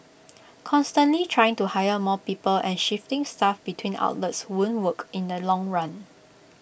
constantly trying to hire more people and shifting staff between outlets won't work in the long run